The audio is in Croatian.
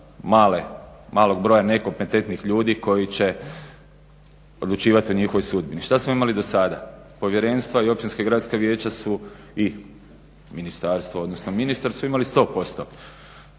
malog broja nekompetentnih ljudi koji će odlučivati o njihovoj sudbini. Što smo imali dosada? Povjerenstva i Općinska gradska vijeća su i ministarstvo, odnosno ministar su imali 100%